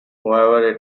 whoever